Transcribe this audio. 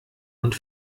und